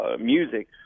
music